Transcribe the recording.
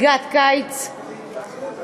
"חגיגת קיץ" איזו התמצאות, את מדאיגה אותי.